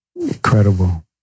incredible